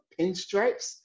pinstripes